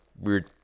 weird